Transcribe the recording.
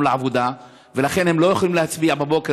לעבודה ולכן הם לא יכולים להצביע בבוקר,